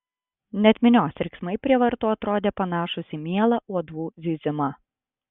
net minios riksmai prie vartų atrodė panašūs į mielą uodų zyzimą